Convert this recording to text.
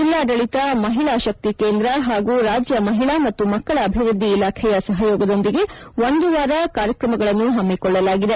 ಜಿಲ್ಲಾಡಳಿತ ಮಹಿಳಾಶಕ್ತಿ ಕೇಂದ್ರ ಹಾಗೂ ರಾಜ್ಯ ಮಹಿಳಾ ಮತ್ತು ಮಕ್ಕಳ ಅಭಿವೃದ್ದಿ ಇಲಾಖೆಯ ಸಹಯೋಗದೊಂದಿಗೆ ಒಂದುವಾರ ಕಾರ್ಯಕ್ರಮಗಳನ್ನು ಹಮ್ಮಿಕೊಳ್ಳಲಾಗಿದೆ